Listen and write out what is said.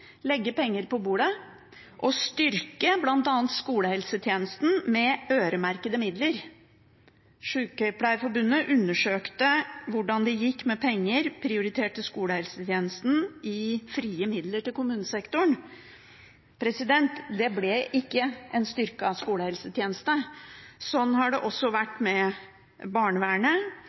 legge penger på bordet og styrke bl.a. skolehelsetjenesten med øremerkede midler. Sykepleierforbundet undersøkte hvordan det gikk med penger prioritert til skolehelsetjenesten i frie midler til kommunesektoren. Det ble ikke en styrket skolehelsetjeneste. Sånn har det også